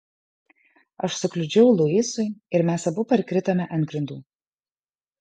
aš sukliudžiau luisui ir mes abu parkritome ant grindų